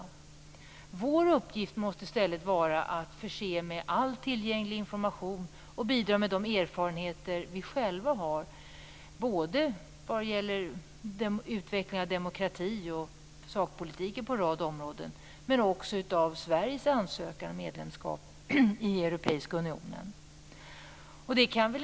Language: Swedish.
Sveriges uppgift måste i stället vara att tillhandhålla all tillgänglig information och att bidra med de erfarenheter som vi själva har, både vad gäller utveckling av demokratin och av sakpolitiken på en rad områden och vad gäller Sveriges ansökan om medlemskap i Europeiska unionen.